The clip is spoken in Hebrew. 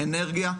אנרגיה,